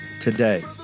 today